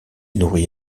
nourrit